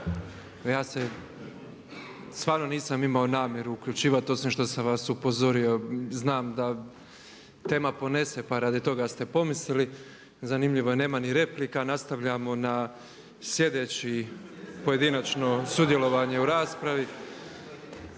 ja se, stvarno nisam imao namjeru uključivati osim što sam vas upozorio. Znam da tema ponese, pa radi toga ste pomislili. Zanimljivo je nema ni replika. Nastavljamo na sljedeći pojedinačno sudjelovanje u raspravi.